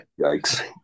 Yikes